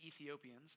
Ethiopians